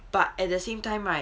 but at the same time right